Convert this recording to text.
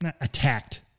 attacked